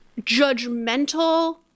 judgmental